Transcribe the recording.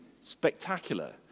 spectacular